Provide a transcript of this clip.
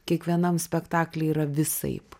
kiekvienam spektakly yra visaip